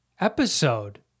episode